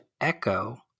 echo